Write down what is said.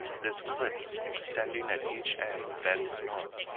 this cliff, extending at each end, bends north,